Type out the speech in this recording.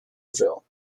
ville